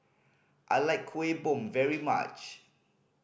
I like Kuih Bom very much